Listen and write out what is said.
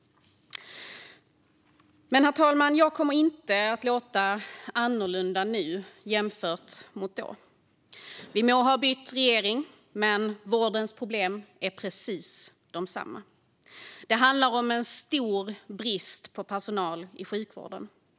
Men, herr talman, jag kommer inte att låta annorlunda nu jämfört med då. Vi må ha bytt regering, men vårdens problem är precis desamma. Det handlar om en stor brist på personal i sjukvården.